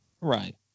right